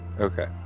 Okay